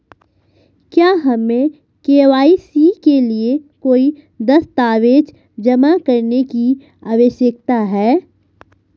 क्या हमें के.वाई.सी के लिए कोई दस्तावेज़ जमा करने की आवश्यकता है?